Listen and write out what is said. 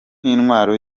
nk’intwaro